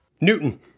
Newton